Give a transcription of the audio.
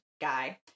guy